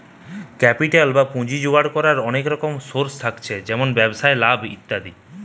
capital বা পুঁজি জোগাড় কোরার অনেক রকম সোর্স থাকছে যেমন ব্যবসায় লাভ ইত্যাদি